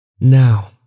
Now